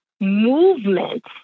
movement